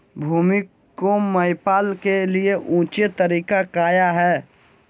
भूमि को मैपल के लिए ऊंचे तरीका काया है?